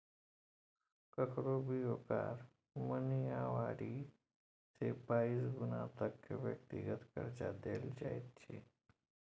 ककरो भी ओकर महिनावारी से बाइस गुना तक के व्यक्तिगत कर्जा देल जाइत छै